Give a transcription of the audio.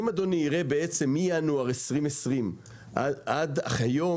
אם אדוני יראה מינואר 2020 עד היום,